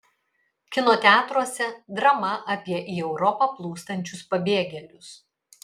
kino teatruose drama apie į europą plūstančius pabėgėlius